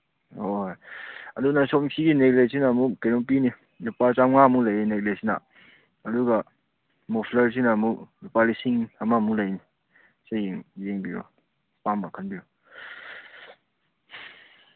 ꯍꯣꯏ ꯑꯗꯨꯅ ꯁꯣꯝ ꯁꯤꯒꯤ ꯅꯦꯒ꯭ꯂꯦꯛꯁꯤꯅ ꯑꯃꯨꯛ ꯀꯩꯅꯣ ꯄꯤꯅꯤ ꯂꯨꯄꯥ ꯆꯥꯝꯃꯉꯥꯃꯨꯛ ꯂꯩꯌꯦ ꯅꯦꯒ꯭ꯂꯦꯛꯁꯤꯅ ꯑꯗꯨꯒ ꯃꯐ꯭ꯂꯔꯁꯤꯅ ꯑꯃꯨꯛ ꯂꯨꯄꯥ ꯂꯤꯁꯤꯡ ꯑꯃꯃꯨꯛ ꯂꯩꯅꯤ ꯁꯤ ꯌꯦꯡꯕꯤꯌꯣ ꯑꯄꯥꯝꯕ ꯈꯟꯕꯤꯌꯨ